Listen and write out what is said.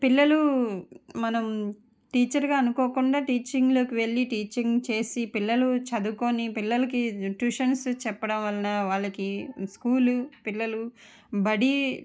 పిల్లలు మనం టీచర్గా అనుకోకుండా టీచింగ్లోకి వెళ్ళి టీచింగ్ చేసి పిల్లలు చదువుకొని పిల్లలకి ట్యూషన్స్ చెప్పడం వలన వాళ్ళకి స్కూలు పిల్లలు బడి